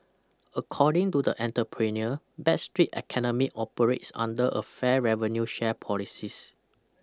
according to the enterpreneur Backstreet Academy operates under a fair revenue share policies